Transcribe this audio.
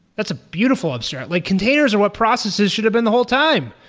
that's a beautiful so like containers are what processes should have been the whole time.